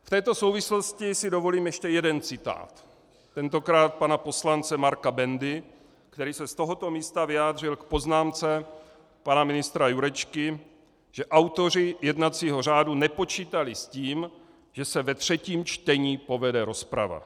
V této souvislosti si dovolím ještě jeden citát, tentokrát pana poslance Marka Bendy, který se z tohoto místa vyjádřil k poznámce pana ministra Jurečky, že autoři jednacího řádu nepočítali s tím, že se ve třetím čtení povede rozprava.